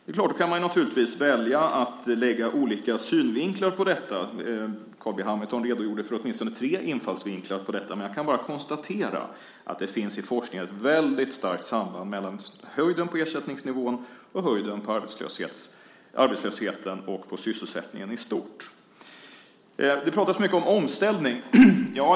Det är klart att man då naturligtvis kan välja att lägga olika synvinklar på detta. Carl B Hamilton redogjorde för åtminstone tre infallsvinklar på detta. Jag kan bara konstatera att man i forskningen kan se ett väldigt starkt samband mellan höjden på ersättningsnivån och höjden på arbetslösheten och på sysselsättningen i stort. Det pratas mycket om omställning.